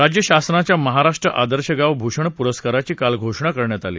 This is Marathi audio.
राज्य शासनाच्या महाराष्ट्र आदर्श गाव भूषण पूरस्काराची काल घोषणा करण्यात आली